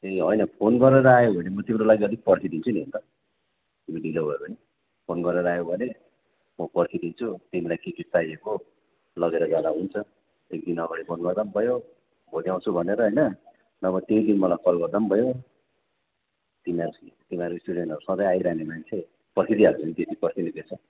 ए होइन फोन गरेर आयो भने म तिम्रो लागि अलिक पर्खिदिन्छु नि अन्त तिमी ढिलो भयो भने फोन गरेर आयो भने म पर्खिदिन्छु तिमीलाई के के चाहिएको लगेर जाँदा हुन्छ एकदिन अगाडि फोन गर्दा पनि भयो भोलि आउँछु भनेर होइन नभए त्यही दिन मलाई कल गर्दा पनि भयो तिमीहरू तिमीहरू स्टुडेन्टहरू सधैँ आइराख्ने मान्छे पर्खिदिइहाल्छु नि त्यति पर्खिनु के छ